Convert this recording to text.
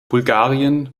bulgarien